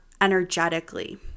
energetically